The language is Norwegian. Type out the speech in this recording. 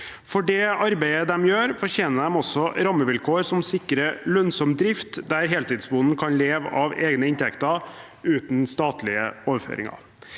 For det arbeidet de gjør, fortjener de også rammevilkår som sikrer lønnsom drift, der heltidsbonden kan leve av egne inntekter, uten statlige overføringer.